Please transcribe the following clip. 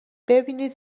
ببینید